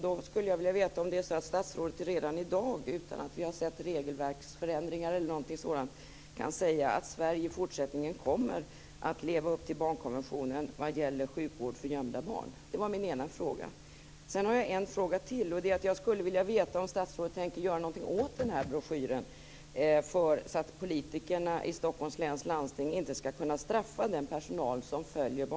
Då skulle jag vilja veta om statsrådet redan i dag, utan att vi har sett regelverksförändringar eller någonting sådant, kan säga att Sverige i fortsättningen kommer att leva upp till barnkonventionen vad gäller sjukvård för gömda barn. Det var min ena fråga.